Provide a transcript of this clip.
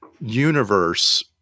universe